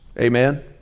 Amen